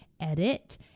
edit